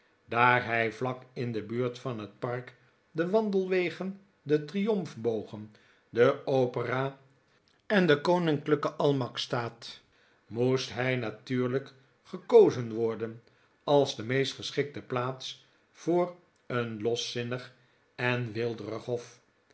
daar hij vlak in de buurt van het park de wandelwegen de triomfbogen de opera en de koninklijke almacks staat moest hij natuurlijk gekozen worden als de meest geschikte plaats voor een loszinnig en weelderig hof